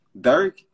Dirk